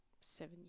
seven